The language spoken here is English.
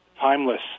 timeless